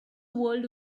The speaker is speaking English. world